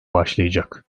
başlayacak